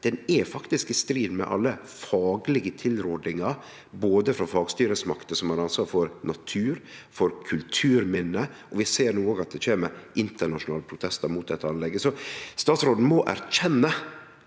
er faktisk i strid med alle faglege tilrådingar, både frå fagstyresmaktene som har ansvaret for natur og for kulturminne, og vi ser no at det òg kjem internasjonale protestar mot dette anlegget. Statsråden må erkjenne